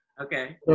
Okay